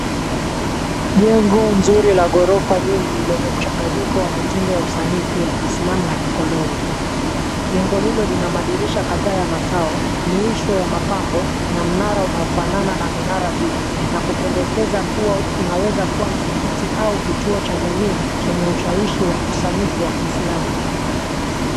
Jengo nzuri la ghorofa nyingi lenye mchanganyiko wa mitindo ya usanifu ya Kiislamu na Kikoloni. Jengo hilo lina madirisha kadhaa ya matao, miwisho ya mapambo, na mnara unaofanana na minara juu, na kupendekeza kuwa unaweza kuwa msikiti au kituo cha jamii chenye ushawishi wa usanifu wa Kiislamu.